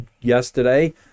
yesterday